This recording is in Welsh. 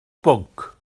bwnc